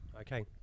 Okay